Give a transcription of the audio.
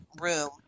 room